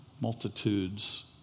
multitudes